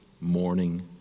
morning